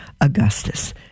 Augustus